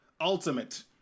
ultimate